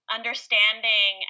understanding